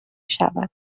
شود